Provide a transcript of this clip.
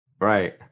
Right